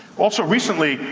also, recently,